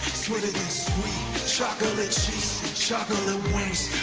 sweeter than sweet chocolate cheeks and chocolate wings